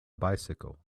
bicycle